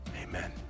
Amen